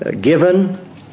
given